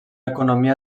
economia